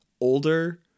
older